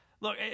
look